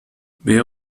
wer